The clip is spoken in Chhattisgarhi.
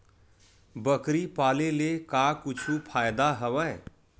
बकरी पाले ले का कुछु फ़ायदा हवय?